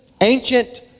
ancient